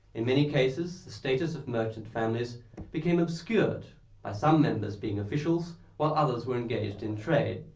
in many cases the status of merchant families became obscured by some members being officials while others were engaged in trade,